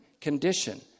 condition